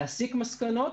להסיק מסקנות